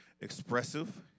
expressive